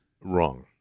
Wrong